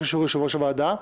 רק אישור יושב-ראש הוועדה.